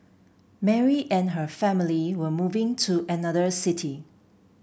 Mary and her family were moving to another city